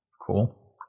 Cool